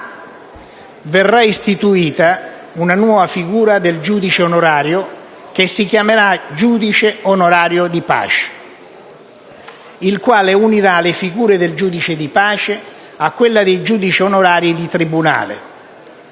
Verrà istituita una nuova figura del giudice onorario che si chiamerà giudice onorario di pace, il quale unirà le figure del giudice di pace a quella dei giudici onorari di tribunale.